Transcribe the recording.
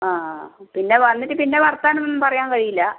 ആ ആ ആ പിന്നെ വന്നിട്ട് പിന്നെ വർത്തമാനം ഒന്നും പറയാൻ കഴിയില്ല